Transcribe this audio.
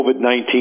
COVID-19